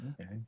Okay